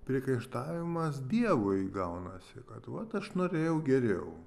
priekaištavimas dievui gaunasi kad vat aš norėjau geriau